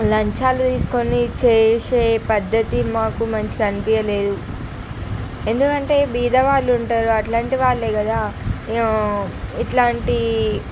లంచాలు తీసుకుని చేసే పద్ధతి మాకు మంచిగా అనిపించలేదు ఎందుకంటే బీదవాళ్ళు ఉంటారు అట్లాంటి వాళ్ళే కదా ఏమో ఇట్లాంటి